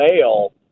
mail